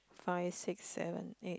five six seven eight